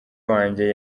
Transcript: wanjye